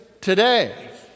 today